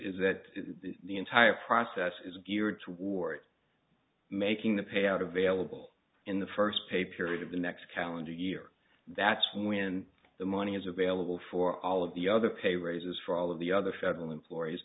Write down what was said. is that the entire process is geared toward making the payout available in the first pay period of the next calendar year that's when the money is available for all of the other pay raises for all of the other federal employees